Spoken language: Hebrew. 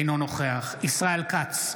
אינו נוכח ישראל כץ,